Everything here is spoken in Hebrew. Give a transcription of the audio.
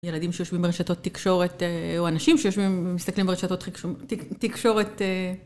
ילדים שיושבים ברשתות תקשורת, או אנשים שיושבים ומסתכלים ברשתות תקשורת.